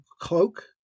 cloak